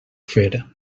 fer